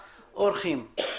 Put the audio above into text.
דבריך.